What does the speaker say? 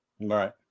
Right